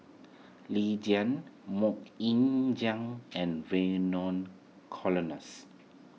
Lee Tjin Mok Ying Jang and Vernon Cornelius